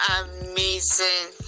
amazing